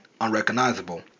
Unrecognizable